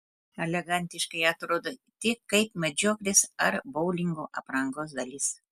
elegantiškai atrodo tik kaip medžioklės ar boulingo aprangos dalis